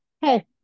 Hey